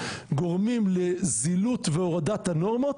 גורמים לזילות ולהורדת הנורמות.